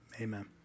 amen